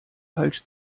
falsch